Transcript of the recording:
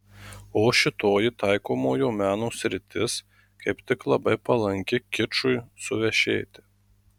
o šitoji taikomojo meno sritis kaip tik labai palanki kičui suvešėti